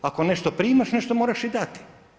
Ako nešto primaš, nešto moraš i dati.